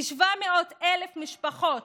כ-700,000 משפחות